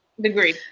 degree